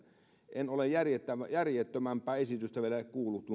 en ole järjettömämpää järjettömämpää esitystä vielä kuullut